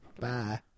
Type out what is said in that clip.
Bye